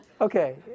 Okay